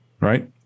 right